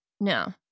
No